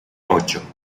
ocho